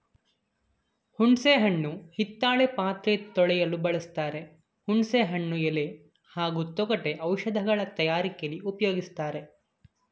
ಹುಣಸೆ ಹಣ್ಣು ಹಿತ್ತಾಳೆ ಪಾತ್ರೆ ತೊಳೆಯಲು ಬಳಸ್ತಾರೆ ಹುಣಸೆ ಹಣ್ಣು ಎಲೆ ಹಾಗೂ ತೊಗಟೆ ಔಷಧಗಳ ತಯಾರಿಕೆಲಿ ಉಪ್ಯೋಗಿಸ್ತಾರೆ